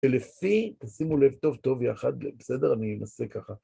לפי, שימו לב טוב טוב יחד, בסדר? אני אנסה ככה.